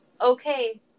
Okay